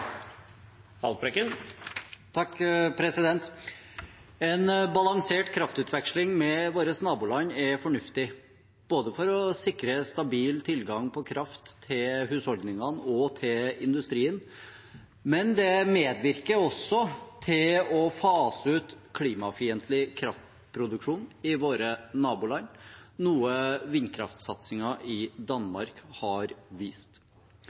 fornuftig for å sikre en stabil tilgang på kraft både til husholdningene og til industrien, men det medvirker også til å fase ut klimafiendtlig kraftproduksjon i våre naboland, noe vindkraftsatsingen i Danmark har vist.